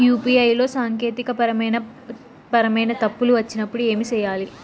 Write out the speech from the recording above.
UPI లో సాంకేతికపరమైన పరమైన తప్పులు వచ్చినప్పుడు ఏమి సేయాలి